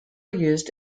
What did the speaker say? used